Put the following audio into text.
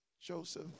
Joseph